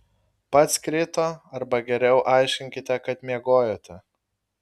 pats krito arba geriau aiškinkite kad miegojote